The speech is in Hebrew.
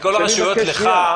לך,